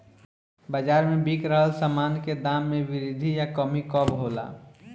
बाज़ार में बिक रहल सामान के दाम में वृद्धि या कमी कब होला?